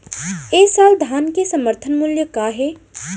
ए साल धान के समर्थन मूल्य का हे?